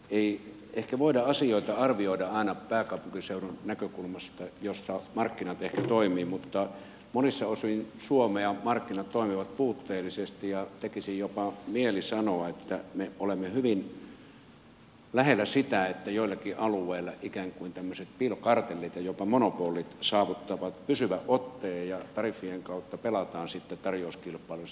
ei ehkä voida asioita arvioida aina pääkaupunkiseudun näkökulmasta missä markkinat ehkä toimivat mutta monissa osin suomea markkinat toimivat puutteellisesti ja tekisi jopa mieli sanoa että me olemme hyvin lähellä sitä että joillakin alueilla ikään kuin piilokartellit ja jopa monopolit saavuttavat pysyvän otteen ja tariffien kautta pelataan sitten tarjouskilpailuissa